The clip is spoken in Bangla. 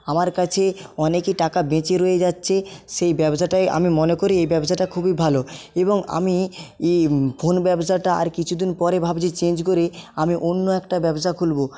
আমার কাছে অনেকই টাকা বেঁচে রয়ে যাচ্ছে সেই ব্যবসাটায় আমি মনে করি এই ব্যবসাটা খুবই ভালো এবং আমি ফোন ব্যবসাটা আর কিছু দিন পরে ভাবছি চেঞ্জ করে আমি অন্য একটা ব্যবসা খুলবো